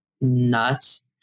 nuts